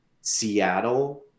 Seattle